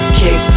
kick